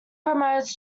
promotes